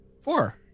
Four